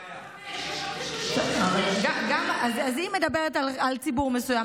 לא 65%. יש עוד 35%. היא מדברת על ציבור מסוים,